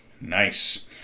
Nice